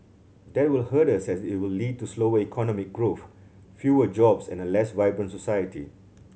that will hurt us as it will lead to slower economic growth fewer jobs and a less vibrant society